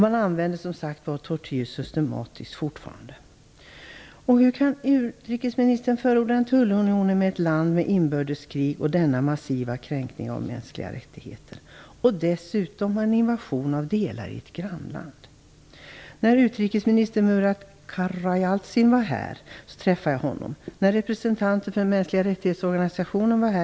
Man använder som sagt fortfarande tortyr systematiskt. Utrikesministern förordar en tullunion med ett land med inbördeskrig och denna massiva kränkning av mänskliga rättigheter. Dessutom har Turkiet invaderat delar av ett grannland. Jag träffade utrikesminister Karayalcin när han var här. Vi träffade även representanter för organisationen för mänskliga rättigheter när de var här.